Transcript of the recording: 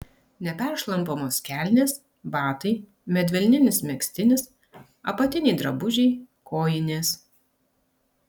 neperšlampamos kelnės batai medvilninis megztinis apatiniai drabužiai kojinės